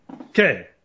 Okay